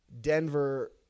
Denver